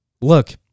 look